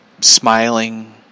smiling